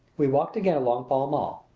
we walked again along pall mall.